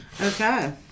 Okay